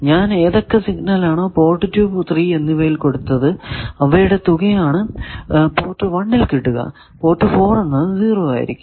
ഞാൻ ഏതൊക്കെ സിഗ്നൽ ആണോ പോർട്ട് 2 3 എന്നിവയിൽ കൊടുത്ത് അവയുടെ തുകയാണ് പോർട്ട് 1 ൽ കിട്ടുക പോർട്ട് 4 എന്നത് 0 ആയിരിക്കും